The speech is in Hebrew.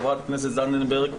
חברת הכנסת זנדברג.